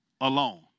alone